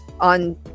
On